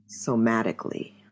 somatically